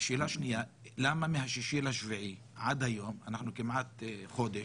שאלה שנייה, למה מה-6.7 עד היום, אנחנו כמעט חודש,